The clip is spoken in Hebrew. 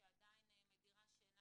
שעדיין מדירה שינה